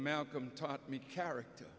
malcolm taught me character